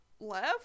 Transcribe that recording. left